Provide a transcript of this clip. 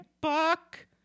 Buck